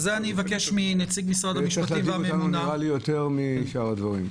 אבקש מנציג משרד המשפטים והממונה, בבקשה.